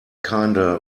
kinda